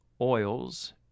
oils